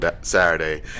Saturday